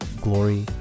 glory